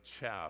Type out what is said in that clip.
chaff